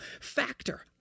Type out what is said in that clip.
Factor